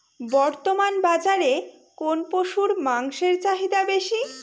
বর্তমান বাজারে কোন পশুর মাংসের চাহিদা বেশি?